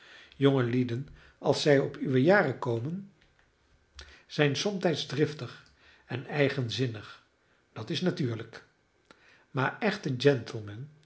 jongelieden als zij op uwe jaren komen zijn somtijds driftig en eigenzinnig dat is natuurlijk maar echte